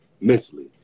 mentally